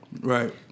Right